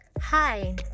Hi